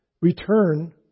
Return